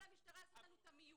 לא נכון,